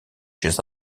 chez